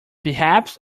perhaps